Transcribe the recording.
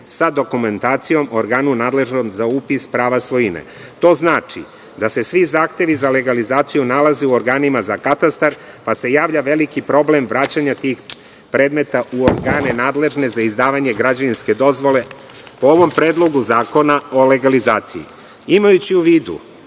sa dokumentacijom o organu nadležnom za upis prava svojine. To znači da se svi zahtevi za legalizaciju nalaze u organima za katastar, pa se javlja veliki problem vraćanja tih predmeta u organe nadležne za izdavanje građevinske dozvole po ovom predlogu zakona o legalizaciji. Imajući u vidu